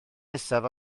nesaf